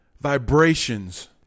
vibrations